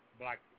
black